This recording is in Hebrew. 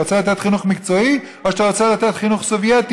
אתה רוצה לתת חינוך מקצועי או שאתה רוצה לתת חינוך סובייטי,